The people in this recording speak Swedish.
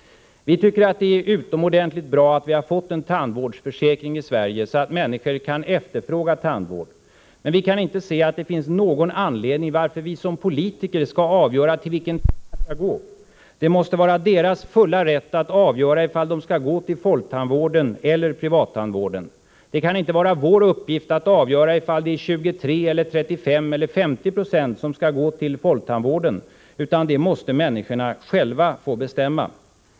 Vi tycker att det är utomordentligt bra att vi har fått en tandvårdsförsäkring i Sverige så att människor kan efterfråga tandvård, men vi kan inte se att det finns någon anledning att vi som politiker skall avgöra till vilken tandläkare människorna skall gå. Det måste vara deras fulla rätt att avgöra om de skall gå till folktandvården eller till den privata tandvården. Det kan inte vara vår uppgift att avgöra om det är 23, 35 eller 50 96 som skall gå till folktandvården, utan det måste människorna själva få bestämma.